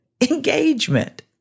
engagement